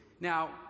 Now